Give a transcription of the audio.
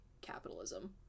capitalism